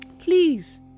please